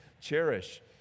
Cherish